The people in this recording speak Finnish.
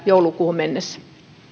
joulukuuhun mennessä